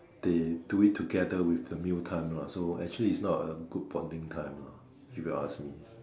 they do it together with the meal time lah so actually it's not a good bonding time lah if you ask me